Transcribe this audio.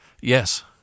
Yes